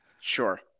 Sure